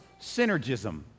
synergism